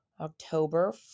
October